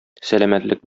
сәламәтлек